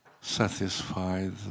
satisfied